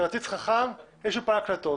כרטיס חכם ויש אולפן הקלטות.